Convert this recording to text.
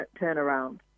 turnaround